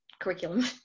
curriculum